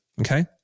okay